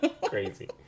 crazy